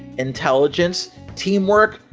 intelligence, teamwork,